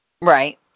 Right